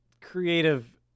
creative